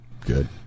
Good